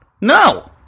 No